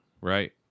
Right